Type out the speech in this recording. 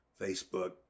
Facebook